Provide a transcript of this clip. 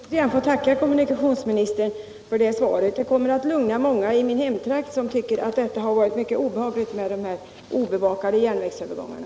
Herr talman! Jag ber återigen att få tacka kommunikationsministern för hans besked. Det kommer att lugna många i min hemtrakt, som tycker att det varit mycket obehagligt med de obevakade järnvägsövergångarna.